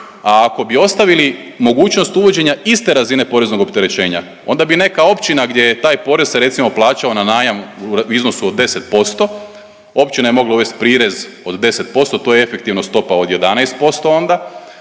a ako bi ostavili mogućnost uvođenja iste razine poreznog opterećenja onda bi neka općina gdje je taj porez se recimo plaćao na najam u iznosu od 10%, općina je mogla uvest prirez od 10%, to je efektivno stopa od 11% onda,